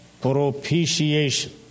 propitiation